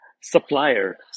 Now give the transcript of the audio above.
supplier